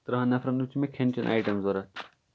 ترٕٛہن نَفرن کِیُت چھُ مےٚ کھیٚن چین ایٹم ضرورت